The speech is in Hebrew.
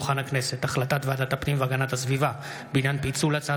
הצעת ועדת הפנים והגנת הסביבה בדבר פיצול הצעת